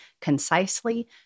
concisely